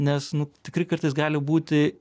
nes nu tikrai kartais gali būti